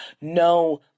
No